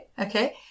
Okay